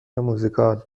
موزیکال